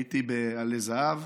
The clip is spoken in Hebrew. הייתי בעלי זהב,